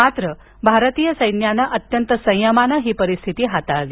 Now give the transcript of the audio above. मात्र भारतीय सैन्यानं अत्यंत संयमाने ही परिस्थिती हाताळली